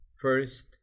first